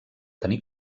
tenir